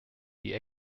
die